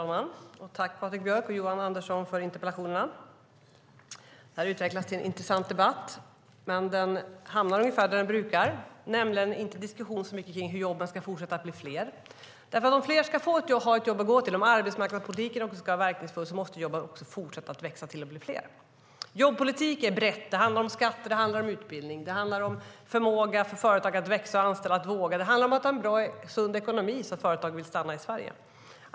Herr talman! Tack, Patrik Björck och Johan Andersson, för interpellationerna! Det här utvecklas till en intressant debatt, men den hamnar ungefär där den brukar. Det blir inte så mycket diskussion om hur jobben ska fortsätta att bli fler. Om fler ska ha ett jobb att gå till, om arbetsmarknadspolitiken ska vara verkningsfull, måste jobben bli fler. Jobbpolitik är brett. Det handlar om skatter, det handlar om utbildning, det handlar om förmågan för företagen att växa och anställa, att våga. Det handlar om att ha en bra och sund ekonomi så att företagen vill stanna i Sverige.